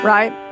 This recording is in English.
Right